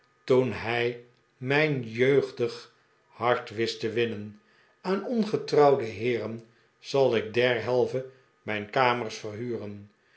toen hij mijn jeugdig hart wist te winnen aan ongetrouwde heeren zal ik derhalve mijn kamers verhuren